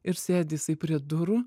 ir sėdi jisai prie durų